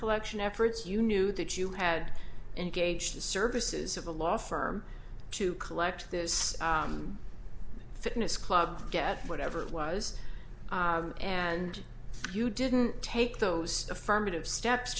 collection efforts you knew that you had engaged the services of a law firm to collect this fitness club get whatever it was and you didn't take those affirmative steps